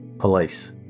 police